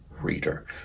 reader